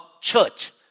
church